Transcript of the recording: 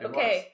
Okay